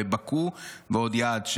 בבאקו ובעוד יעד,